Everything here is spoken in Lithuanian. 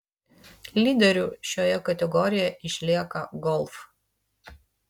lyderiu šioje kategorijoje išlieka golf